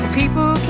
people